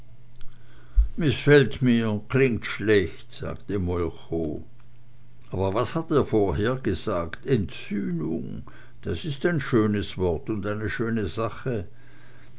mißfällt mir klingt schlecht sagte molchow aber was er vorher gesagt entsühnung das ist ein schönes wort und eine schöne sache